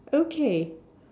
okay